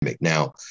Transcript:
Now